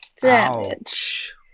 damage